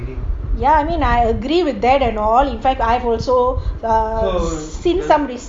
ya I mean I agree with that and all I mean I've also seen some research